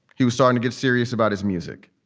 he was starting to get serious about his music.